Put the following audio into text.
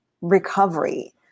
recovery